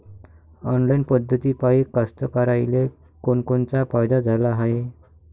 Online पद्धतीपायी कास्तकाराइले कोनकोनचा फायदा झाला हाये?